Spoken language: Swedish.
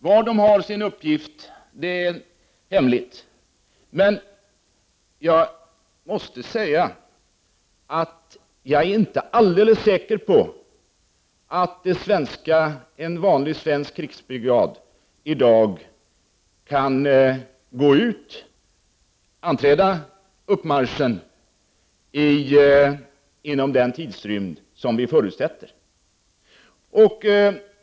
Var den har sin uppgift är hemligt, men jag vill säga att jag inte är alldeles säker på att en vanlig svensk krigsbrigad i dag kan mobilisera, anträda uppmarschen inom den tidsrymd som vi förutsätter.